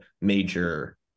major